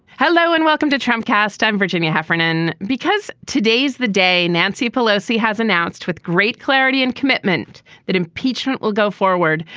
hello and welcome to trump cast. i'm virginia heffernan, because today's the day nancy pelosi has announced with great clarity and commitment that impeachment will go forward.